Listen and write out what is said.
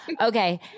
okay